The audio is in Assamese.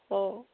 অঁ